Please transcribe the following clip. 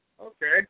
okay